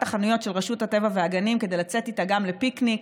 החנויות של רשות הטבע והגנים כדי לצאת איתה גם לפיקניק.